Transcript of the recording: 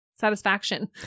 satisfaction